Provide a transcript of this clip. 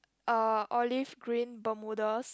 uh olive green Bermudas